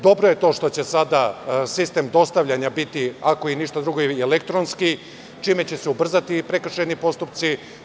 Dobro je to što će sada sistem dostavljanja biti, ako i ništa drugo, elektronski, čime će se ubrzati i prekršajni postupci.